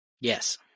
Yes